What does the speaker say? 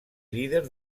líder